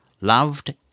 loved